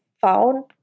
found